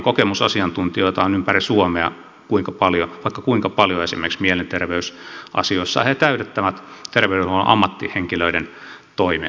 kokemusasiantuntijoita on ympäri suomea vaikka kuinka paljon esimerkiksi mielenterveysasioissa ja he täydentävät terveydenhuollon ammattihenkilöiden toimea